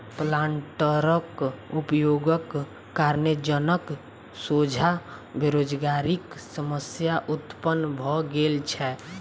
प्लांटरक उपयोगक कारणेँ जनक सोझा बेरोजगारीक समस्या उत्पन्न भ गेल छै